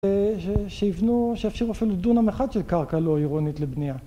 שיבנו, שיפשירו אפילו דונם אחד של קרקע לא עירונית לבנייה